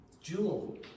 Jewel